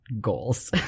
goals